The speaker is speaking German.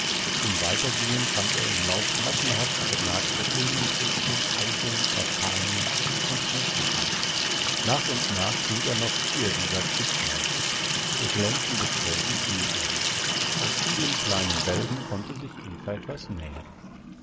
im weitergehen fand er im laub massenhaft benagte ulmenfrüchte eicheln kastanien und bucheckern nach und nach fing er noch vier dieser spitzmäuse ihr glänzendes fell gefiel ihm aus vielen kleinen bälgen konnte sich eva etwas nähen